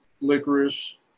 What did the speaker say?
licorice